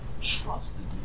trusted